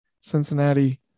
Cincinnati